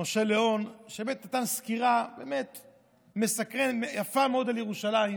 משה ליאון, שבאמת נתן סקירה יפה מאוד על ירושלים,